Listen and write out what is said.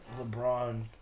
LeBron